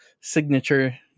signature